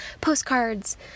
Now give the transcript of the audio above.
postcards